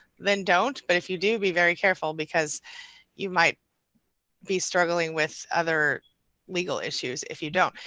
then don't, but if you do be very careful because you might be struggling with other legal issues if you don't.